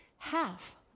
Half